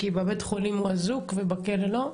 כי בבית חולים הוא אזוק ובכלא לא?